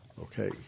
Okay